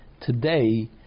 today